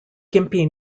gympie